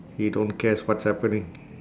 he don't cares what's happening